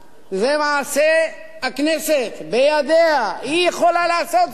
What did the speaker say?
זה מעשה הכנסת, בידיה, היא יכולה לעשות זאת.